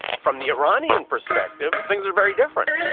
from the iranian perspective, things are very different.